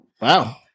wow